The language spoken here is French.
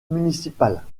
municipale